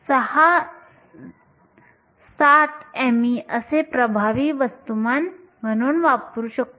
60 me असे प्रभावी वस्तुमान वापरूया